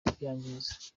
kubyangiza